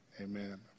amen